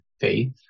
faith